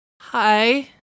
Hi